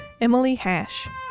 EmilyHash